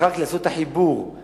רק לעשות את החיבור לכביש,